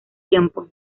tiempo